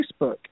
Facebook